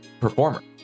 performer